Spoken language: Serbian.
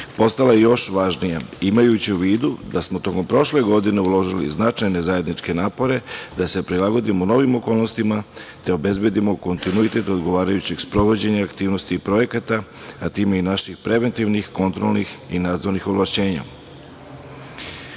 postala još važnija, imajući u vidu da smo tokom prošle godine uložili značajne zajedničke napore da se prilagodimo novim okolnostima, te obezbedimo kontinuitet odgovarajućih sprovođenja aktivnosti i projekata, a time i naših preventivnih kontrolnih i nadzornih ovlašćenja. Iako